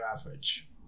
average